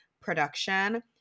production